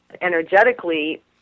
energetically